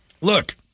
Look